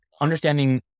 understanding